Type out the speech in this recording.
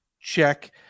check